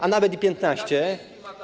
A nawet i 15.